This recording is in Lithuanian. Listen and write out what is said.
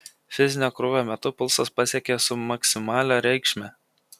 fizinio krūvio metu pulsas pasiekė submaksimalią reikšmę